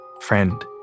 Friend